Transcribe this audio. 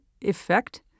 effect